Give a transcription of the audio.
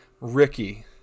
Ricky